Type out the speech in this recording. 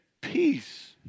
peace